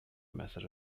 method